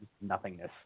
nothingness